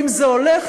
אם זה הולך,